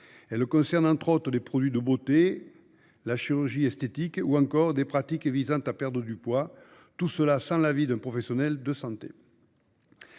Elles concernent, entre autres, les produits de beauté, la chirurgie esthétique ou encore des pratiques visant à perdre du poids, tout cela sans l'avis d'un professionnel de santé.